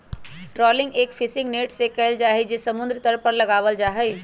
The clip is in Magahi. ट्रॉलिंग एक फिशिंग नेट से कइल जाहई जो समुद्र तल पर लगावल जाहई